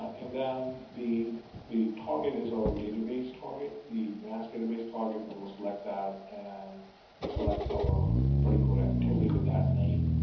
and then the the target is our database target, the mass database target, we and will select that, and select our particular activity with that name.